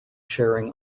sharing